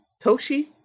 Toshi